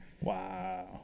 Wow